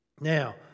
Now